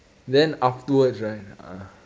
then afterwards right ah